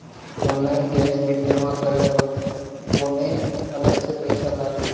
Online gas bill जमा करत वक्त कौने अलग से पईसा लागी?